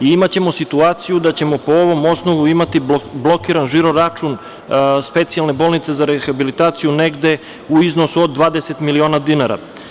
Imaćemo situaciju da ćemo po ovom osnovu imati blokiran žiro-račun Specijalne bolnice za rehabilitaciju negde u iznosu od 20 miliona dinara.